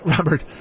Robert